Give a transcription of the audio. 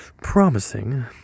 promising